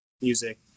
music